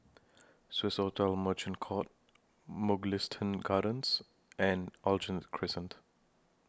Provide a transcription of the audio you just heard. Swissotel Merchant Court Mugliston Gardens and Aljunied Crescent